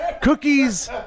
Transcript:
cookies